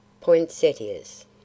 Poinsettias